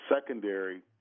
secondary